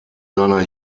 seiner